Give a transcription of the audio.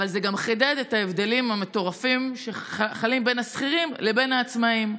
אבל זה גם חידד את ההבדלים המטורפים בין השכירים לבין העצמאים.